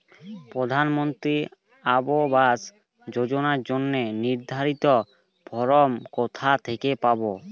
প্রধানমন্ত্রী আবাস যোজনার জন্য নির্ধারিত ফরম কোথা থেকে পাব?